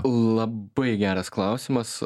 labai geras klausimas